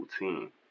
routine